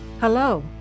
Hello